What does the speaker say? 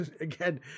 again